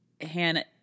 Hannah